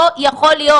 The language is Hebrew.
לא יכול להיות,